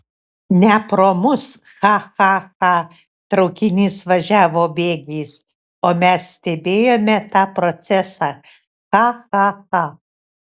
ne pro mus cha cha cha traukinys važiavo bėgiais o mes stebėjome tą procesą cha cha cha